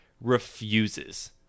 refuses